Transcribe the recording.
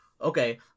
Okay